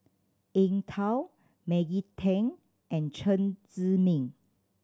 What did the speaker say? Eng Tow Maggie Teng and Chen Zhiming